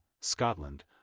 Scotland